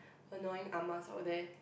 annoying Ah-Mas out there